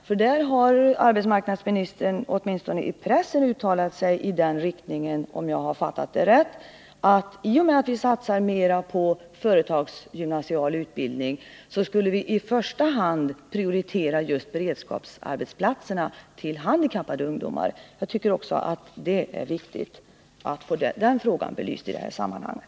På den punkten har arbetsmarknadsministern åtminstone i pressen uttalat sig iden riktningen — om jag har fattat det rätt — att i och med att vi satsar mer på gymnasial utbildning i företagen skulle vi i första hand prioritera just beredskapsarbetsplatserna till handikappade ungdomar. Jag tycker att det är viktigt att också få den frågan belyst i det här sammanhanget.